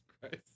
Christ